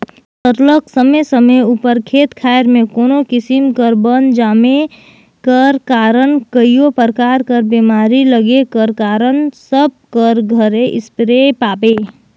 सरलग समे समे उपर खेत खाएर में कोनो किसिम कर बन जामे कर कारन कइयो परकार कर बेमारी लगे कर कारन सब कर घरे इस्पेयर पाबे